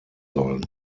sollen